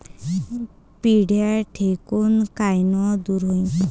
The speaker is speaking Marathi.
पिढ्या ढेकूण कायनं दूर होईन?